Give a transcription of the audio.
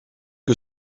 que